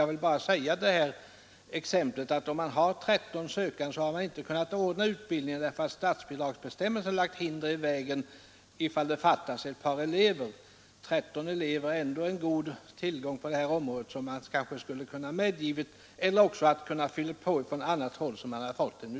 Jag vill bara återigen peka på det förhållandet att man, om man har t.ex. 13 sökande, inte kunnat anordna en utbildningskurs därför att statsbidragsbestämmelserna förhindrat detta. Det har fattats några elever. 13 elever är ändå en god tillgång på detta område, och man skulle kanske ha kunnat medge att en kurs startades för dessa. Alternativt hade man kunnat fylla på med elever från andra håll för att kunna starta kursen.